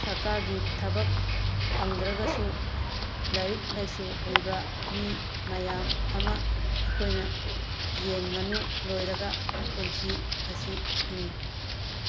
ꯁꯔꯀꯥꯔꯒꯤ ꯊꯕꯛ ꯐꯪꯗ꯭ꯔꯒꯁꯨ ꯂꯥꯏꯔꯤꯛ ꯂꯥꯏꯁꯨ ꯍꯩꯕ ꯃꯤ ꯃꯌꯥꯝ ꯑꯃ ꯑꯩꯈꯣꯏꯅ ꯌꯦꯟ ꯉꯥꯅꯨ ꯂꯣꯏꯔꯒ ꯄꯨꯟꯁꯤ ꯑꯁꯤ ꯍꯤꯡꯉꯤ